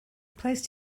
placed